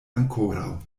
ankoraŭ